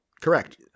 Correct